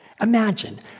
Imagine